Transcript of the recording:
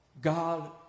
God